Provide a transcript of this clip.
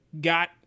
got